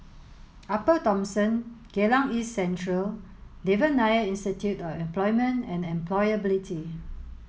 Upper Thomson Geylang East Central and Devan Nair Institute of Employment and Employability